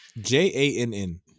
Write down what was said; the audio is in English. J-A-N-N